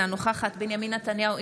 אינה נוכחת בנימין נתניהו,